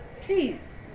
please